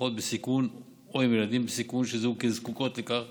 משפחות בסיכון או עם ילדים בסיכון שזוהו כזקוקות לכך